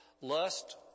Lust